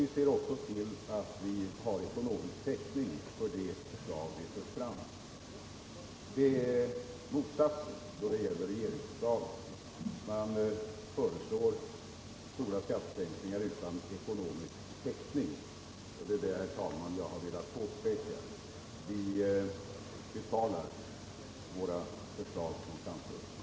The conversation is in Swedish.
Vi ser också till att vi har ekonomisk täckning för det förslag vi lägger fram. Förhållandet är det motsatta då det gäller regeringsförslaget, som innebär stora skattesänkningar utan ekonomisk täckning. Det är det som jag, herr talman, har velat påpeka. Vi redovisar hur de förslag som vi framför skall betalas.